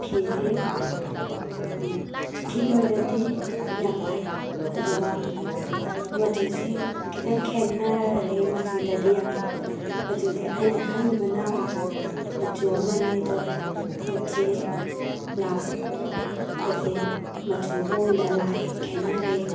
ꯐꯤꯁꯤ ꯐꯤꯒꯤ ꯑꯣꯏꯅꯗꯤ ꯌꯥꯝ ꯐꯩ ꯑꯗꯨꯒ ꯃꯆꯨꯁꯦ ꯈꯤꯇꯪ ꯈꯦꯠꯅꯔꯦ ꯃꯆꯨꯗꯗꯤ ꯃꯆꯨꯁꯦ ꯑꯩꯅ ꯈꯟꯈꯤꯕꯅ ꯃꯆꯨ ꯑꯃꯅꯤ ꯑꯗꯨ ꯄꯣꯠꯁꯤ ꯂꯥꯛꯄꯁꯦ ꯃꯆꯨ ꯑꯃ ꯑꯣꯏꯅ ꯂꯥꯛꯑꯦ ꯈꯦꯠꯅꯔꯦ